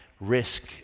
risk